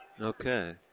Okay